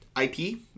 IP